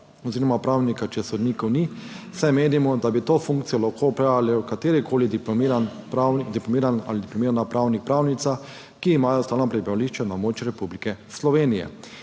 oziroma pravnika, če sodnikov ni, saj menimo, da bi to funkcijo lahko opravljal katerikoli diplomirani ali diplomirana pravnik, pravnica, ki ima stalno prebivališče na območju Republike Slovenije.